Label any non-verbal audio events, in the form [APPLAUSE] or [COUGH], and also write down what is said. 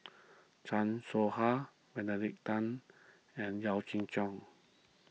Chan Soh Ha Benedict Tan and Yaw Shin [UNINTELLIGIBLE]